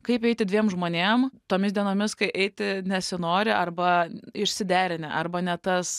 kaip eiti dviem žmonėm tomis dienomis kai eiti nesinori arba išsiderinę arba ne tas